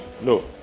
No